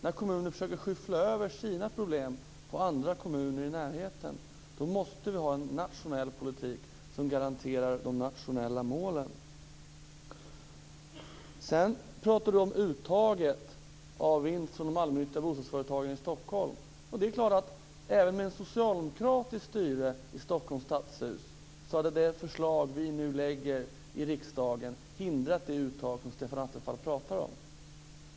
När kommuner försöker skyffla över sina problem på andra kommuner i närheten måste vi ha en nationell politik som garanterar de nationella målen. Sedan pratar Stefan Attefall om uttaget av vinst från de allmännyttiga bostadsföretagen i Stockholm. Även med socialdemokratiskt styre i Stockholms stadshus hade det förslag vi nu lägger fram i riksdagen hindrat det uttag som Stefan Attefall pratar om.